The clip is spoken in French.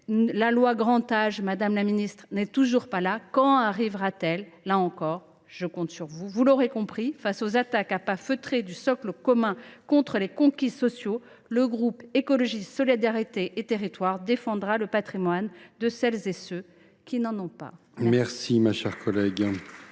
La loi Grand Âge, madame la ministre, n’est toujours pas présentée : quand arrivera t elle ? Là encore, je compte sur vous. Vous l’aurez compris, face aux attaques à pas feutrés du « socle commun » contre les conquis sociaux, le groupe Écologiste – Solidarité et Territoires défendra le patrimoine de celles et de ceux qui n’en ont pas.